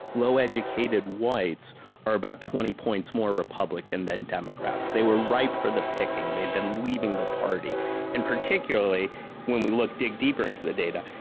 low educated whites are about twenty points more republican than democrats. they were ripe for the picking. they'd been leaving the party and, particularly when we dig deeper into the data,